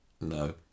No